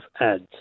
ads